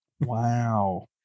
Wow